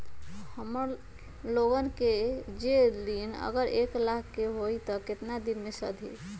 हमन लोगन के जे ऋन अगर एक लाख के होई त केतना दिन मे सधी?